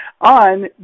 on